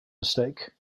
mistake